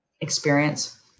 experience